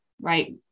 right